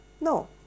no